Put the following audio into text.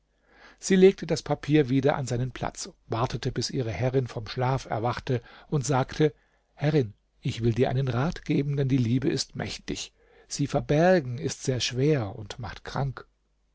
sie legte das papier wieder an seinen platz wartete bis ihre herrin vom schlaf erwachte und sagte ihr herrin ich will dir einen rat geben denn die liebe ist mächtig sie verbergen ist sehr schwer und macht krank